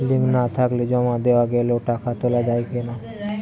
Link না থাকলে জমা দেওয়া গেলেও টাকা তোলা য়ায় না কেন?